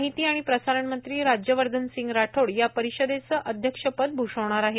माहिती आणि प्रसारणमंत्री राज्यवर्धनसिंग राठोड या परिषदेचं अध्यक्षपद भ्षवणार आहेत